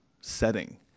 setting